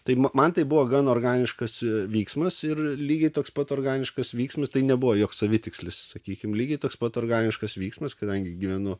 taip man tai buvo gan organiškas vyksmas ir lygiai toks pat organiškas vyksmas tai nebuvo joks savitikslis sakykim lygiai toks pat organiškas vyksmas kadangi gyvenu